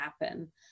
happen